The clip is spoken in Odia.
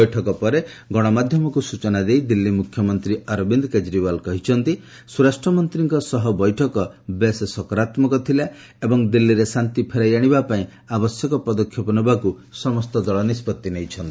ବୈଠକ ପରେ ଗଣମାଧ୍ୟମକୁ ସୂଚନା ଦେଇ ଦିଲ୍ଲୀ ମୁଖ୍ୟମନ୍ତ୍ରୀ ଅରବିନ୍ଦ କେଜରିୱାଲ କହିଛନ୍ତି ସ୍ୱରାଷ୍ଟ୍ର ମନ୍ତ୍ରୀଙ୍କ ସହ ଏହି ବୈଠକ ବେଶ୍ ସକରାତ୍ମକ ଥିଲା ଏବଂ ଦିଲ୍ଲୀରେ ଶାନ୍ତି ଫେରାଇ ଆଶିବା ପାଇଁ ଆବଶ୍ୟକ ପଦକ୍ଷେପ ନେବାକୁ ସମସ୍ତ ଦଳ ନିଷ୍ପଭି ନେଇଛନ୍ତି